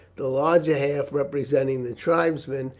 the larger half, representing the tribesmen,